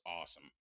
awesome